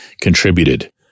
contributed